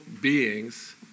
beings